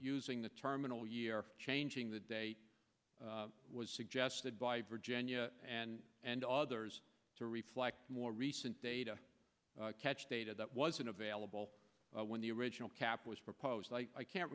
using the terminal year changing the date was suggested by virginia and others to reflect more recent data catch data that wasn't available when the original cap was proposed i can't